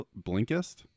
Blinkist